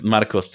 Marco